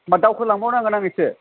होमब्ला दावखो लांबावनांगोन आं एसे